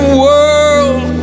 world